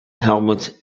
helmets